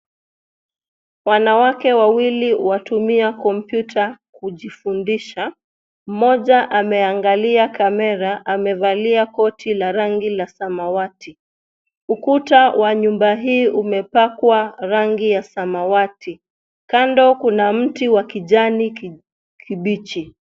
Wanawake wawili watumia kompyuta kujifundisha. Mmoja ameangalia kamera, amevalia koti la rangi la samawati. Ukuta wa nyumba hii umepakwa rangi ya samawati. Kando kuna mti wa kijani kibichi.